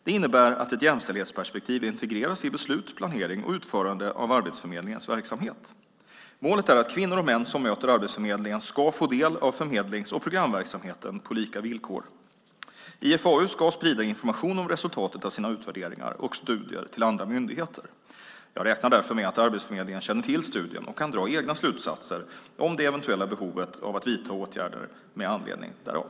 Det innebär att ett jämställdhetsperspektiv integreras i beslut, planering och utförande av Arbetsförmedlingens verksamhet. Målet är att kvinnor och män som möter Arbetsförmedlingen ska få del av förmedlings och programverksamheten på lika villkor. IFAU ska sprida information om resultaten av sina utvärderingar och studier till andra myndigheter. Jag räknar därför med att Arbetsförmedlingen känner till studien och kan dra egna slutsatser om det eventuella behovet att vidta åtgärder med anledning därav.